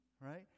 right